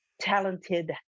talented